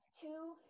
Two